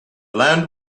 land